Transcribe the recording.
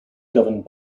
governed